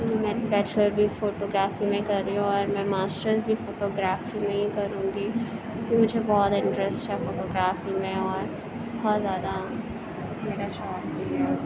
میں بیچلر بھی photography میں کر رہی ہوں اور میں ماسٹرس بھی فوٹو گرافی میں ہی کروں گی کیونکہ مجھے بہت انٹرسٹ ہے فوٹو گرافی میں اور بہت زیادہ میرا شوق بھی ہے